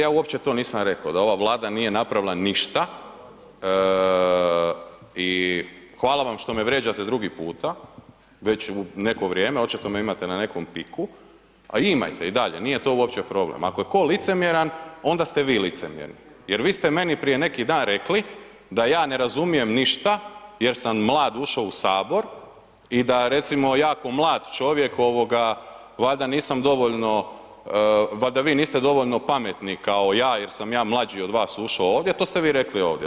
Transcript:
Kolegice Perić, ja uopće to nisam reko, da ova Vlada nije napravila ništa i hvala vam što me vrijeđate drugi puta, već u neko vrijeme, očito me imate na nekom piku, a imajte i dalje, nije to uopće problem, ako je ko licemjeran onda ste vi licemjerni jer vi ste meni prije neki dan rekli da ja ne razumijem ništa jer sam mlad ušo u sabor i da recimo ja kao mlad čovjek ovoga valjda nisam dovoljno, valjda vi niste dovoljno pametni kao ja jer sam ja mlađi od vas ušo ovdje, to ste vi rekli ovdje.